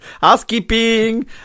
Housekeeping